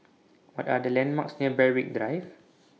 What Are The landmarks near Berwick Drive